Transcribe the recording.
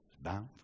bound